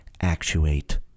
actuate